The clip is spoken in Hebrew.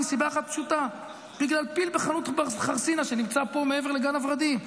מסיבה אחת פשוטה: בגלל פיל בחנות חרסינה שנמצא פה מעבר לגן הוורדים,